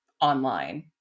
online